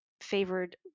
favored